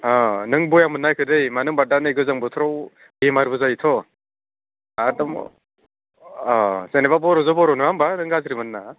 ओह नों बया मोन्नाङा बेखौ दे मानो होमबा दा नै गोजां बोथोराव बेमारबो जायोथ' आरो ओह जेनोबा बर'जों बर' नङा होमबा नों गाज्रि मोन्नो नाङा